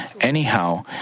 anyhow